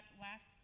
last